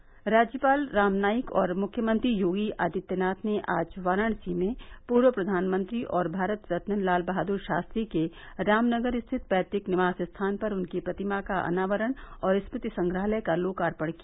प्रदेश के राज्यपाल राम नाईक और मुख्यमंत्री योगी आदित्यनाथ ने आज वाराणसी में पूर्व प्रधानमंत्री और भारत रत्न लाल बहादुर शास्त्री के रामनगर स्थित पैतुक निवास स्थान पर उनकी प्रतिमा का अनावरण और स्मृति संग्रहालय का लोकार्पण किया